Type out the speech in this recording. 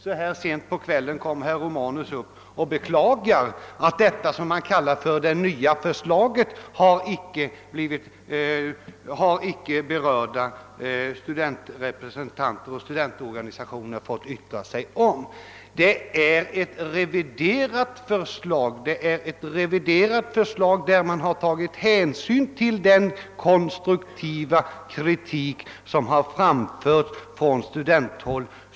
Så här sent på kvällen beklagar nu herr Romanus att berörda studentrepresentanter och studentorganisationer inte har fått yttra sig om det »nya förslaget«. I propositionen presenteras ett reviderat förslag, där man tagit hänsyn till den konstruktiva kritik som har framförts från studenthåll.